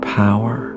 power